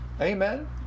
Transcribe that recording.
Amen